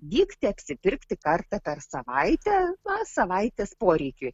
vykti apsipirkti kartą per savaitę na savaitės poreikiui